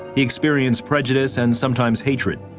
he experienced prejudice and sometimes, hatred.